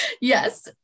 Yes